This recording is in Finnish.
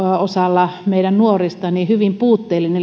osalla meidän nuoristamme hyvin puutteellinen